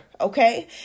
okay